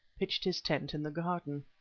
pitched his tent in the garden.